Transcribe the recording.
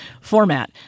Format